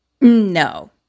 No